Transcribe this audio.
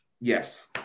Yes